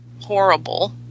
horrible